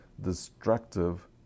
destructive